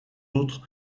autres